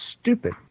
stupid